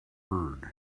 heard